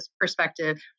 perspective